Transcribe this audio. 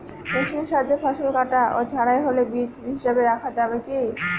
মেশিনের সাহায্যে ফসল কাটা ও ঝাড়াই হলে বীজ হিসাবে রাখা যাবে কি?